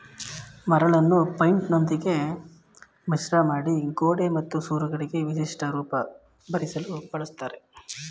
ಮರಳನ್ನು ಪೈಂಟಿನೊಂದಿಗೆ ಮಿಶ್ರಮಾಡಿ ಗೋಡೆ ಮತ್ತು ಸೂರುಗಳಿಗೆ ವಿಶಿಷ್ಟ ರೂಪ ಬರ್ಸಲು ಬಳುಸ್ತರೆ